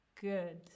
good